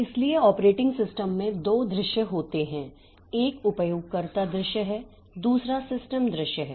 इसलिए operating system में दो दृश्य होते हैं एक उपयोगकर्ता दृश्य है दूसरा सिस्टम दृश्य है